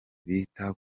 bita